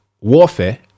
warfare